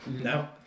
No